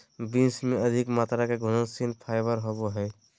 beans में अधिक मात्रा में घुलनशील फाइबर होवो हइ